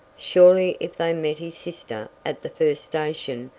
surely if they met his sister at the first station,